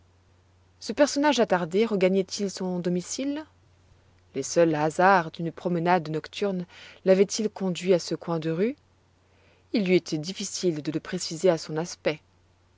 ce personnage attardé regagnait il son domicile les seuls hasards d'une promenade nocturne lavaient ils conduit à ce coin de rue il eût été difficile de le préciser à son aspect